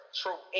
true